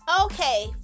Okay